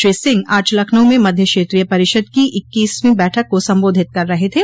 श्री सिंह आज लखनऊ में मध्य क्षेत्रीय परिषद की इक्कीसवीं बैठक को संबोधित कर रहे थे